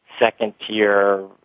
second-tier